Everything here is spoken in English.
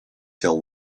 till